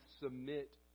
submit